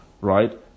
right